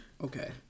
okay